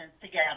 together